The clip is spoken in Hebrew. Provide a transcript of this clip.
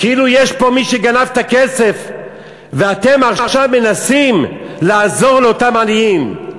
כאילו יש פה מי שגנב את הכסף ואתם עכשיו מנסים לעזור לאותם עניים.